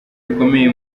rikomeye